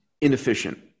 inefficient